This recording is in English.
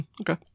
okay